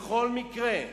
בכל מקרה,